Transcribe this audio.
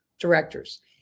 directors